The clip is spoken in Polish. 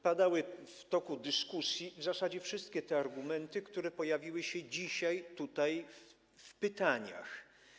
Padały w toku dyskusji w zasadzie wszystkie te argumenty, które pojawiły się dzisiaj tutaj w pytaniach.